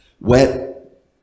wet